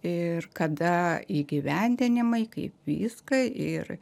ir kada įgyvendinimai kaip viską ir